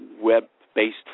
web-based